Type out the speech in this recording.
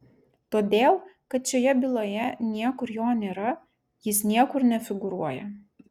todėl kad šitoje byloje niekur jo nėra jis niekur nefigūruoja